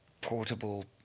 portable